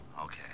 Okay